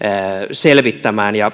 selvittämään ja